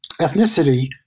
ethnicity